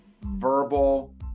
verbal